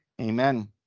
Amen